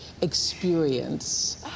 experience